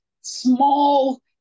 small